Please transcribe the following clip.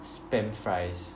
spam fries